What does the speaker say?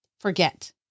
forget